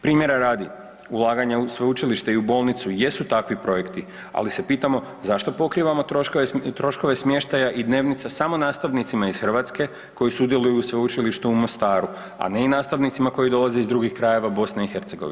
Primjera radi, ulaganja u sveučilište i u bolnicu jesu takvi projekti, ali se pitamo zašto pokrivamo troškove smještaja i dnevnica samo nastavnicima iz Hrvatske koji sudjeluju u Sveučilištu u Mostaru, a ne i nastavnicima koji dolaze iz drugih krajeva BiH.